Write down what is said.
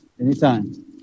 Anytime